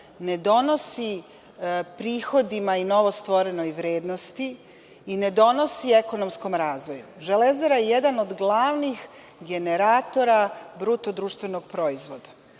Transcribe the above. ne donosi prihodima i novostvorenoj vrednosti i ne donosi ekonomskom razvoju. „Železara“ je jedan od glavnih generatora BDP-a i problemi